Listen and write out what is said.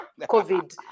COVID